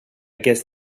guess